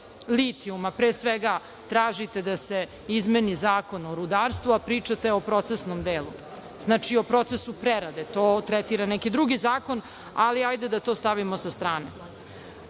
litijuma, pre svega tražite da se izmeni Zakon o rudarstvu, a pričate o procesnom delu? Znači, o procesu prerade, to tretira neki drugi zakon, ali hajde da to stavimo sa strane. Gde